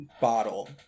bottle